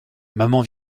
maman